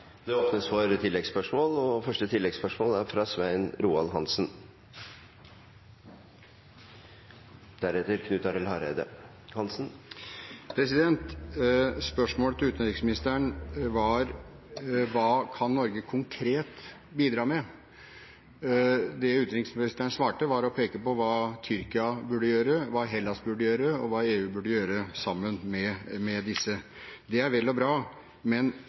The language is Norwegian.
Det åpnes for oppfølgingsspørsmål – først Svein Roald Hansen. Spørsmålet til utenriksministeren var: Hva kan Norge konkret bidra med? Utenriksministeren svarte ved å peke på hva Tyrkia burde gjøre, hva Hellas burde gjøre, og hva EU burde gjøre sammen med disse. Det er vel og bra, men